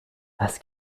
was